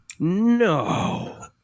No